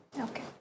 Okay